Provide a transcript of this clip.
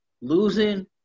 Losing